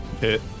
Hit